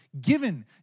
given